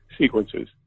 sequences